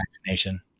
vaccination